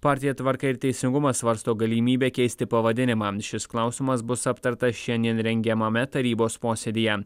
partija tvarka ir teisingumas svarsto galimybę keisti pavadinimą šis klausimas bus aptartas šiandien rengiamame tarybos posėdyje